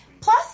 Plus